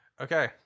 Okay